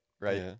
right